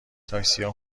تاکسیا